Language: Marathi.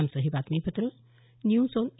आमचं हे बातमीपत्र न्यूज ऑन ए